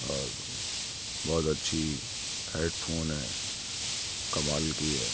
اور بہت اچھی ہیڈفون ہے کمال کی ہے